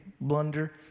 blunder